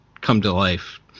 come-to-life